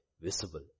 Visible